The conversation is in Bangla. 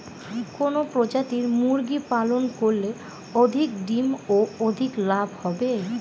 কোন প্রজাতির মুরগি পালন করলে অধিক ডিম ও অধিক লাভ হবে?